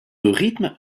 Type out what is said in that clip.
rythme